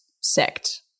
sect